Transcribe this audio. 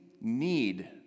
need